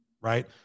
right